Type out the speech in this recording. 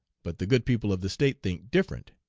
but the good people of the state think different.